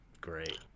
great